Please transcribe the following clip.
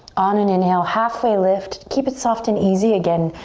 on an inhale, halfway lift. keep it soft and easy. again,